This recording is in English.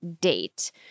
date